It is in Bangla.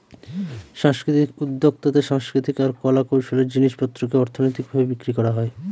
সাংস্কৃতিক উদ্যক্তাতে সাংস্কৃতিক আর কলা কৌশলের জিনিস পত্রকে অর্থনৈতিক ভাবে বিক্রি করা হয়